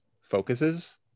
focuses